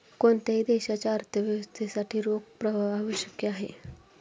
कोणत्याही देशाच्या अर्थव्यवस्थेसाठी रोख प्रवाह आवश्यक आहे